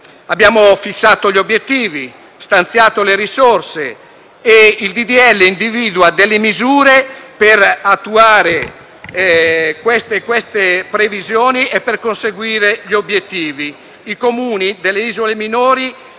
Abbiamo fissato gli obiettivi e stanziato le risorse; il disegno di legge individua delle misure per attuare le previsioni e per conseguire gli obiettivi. I Comuni delle isole minori,